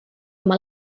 oma